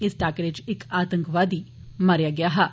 इस टाकरे च इक आतंकवादी मारेआ गेआ हा